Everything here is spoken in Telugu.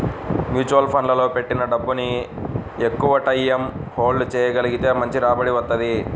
మ్యూచువల్ ఫండ్లలో పెట్టిన డబ్బుని ఎక్కువటైయ్యం హోల్డ్ చెయ్యగలిగితే మంచి రాబడి వత్తది